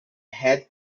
had